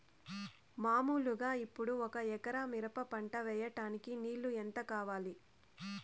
మామూలుగా ఇప్పుడు ఒక ఎకరా మిరప పంట వేయడానికి నీళ్లు ఎంత కావాలి?